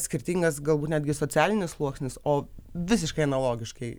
skirtingas galbūt netgi socialinis sluoksnis o visiškai analogiškai